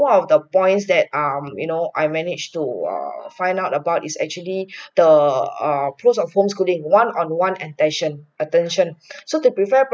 four of the boys that um you know I managed to err find out about is actually the err place of homeschooling one on one attention attention so they prefer